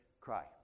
cry